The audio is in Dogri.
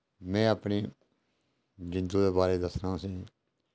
में अपने जिंदू दे बारे च दस्सना तुसें